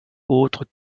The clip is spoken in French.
autre